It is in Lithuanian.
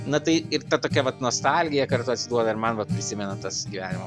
na tai ir ta tokia vat nostalgija kartu atsiduoda ir man vat prisimenant tas gyvenimo